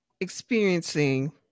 experiencing